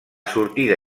sortida